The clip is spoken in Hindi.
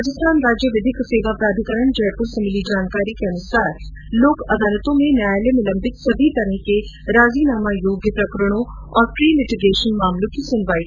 राजस्थान राज्य विधिक सेवा प्राधिकरण जयपुर से मिली जानकारी के अनुसार लोक अदालत में न्यायालय में लम्बित सभी तरह के राजीनामा योग्य प्रकरणों और प्रीलिटीगेशन के मामलों की सुनवाई हो रही है